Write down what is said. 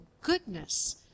goodness